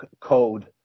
code